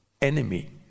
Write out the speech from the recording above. enemy